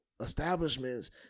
establishments